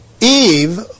Eve